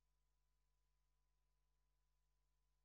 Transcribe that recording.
איזושהי